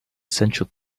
essential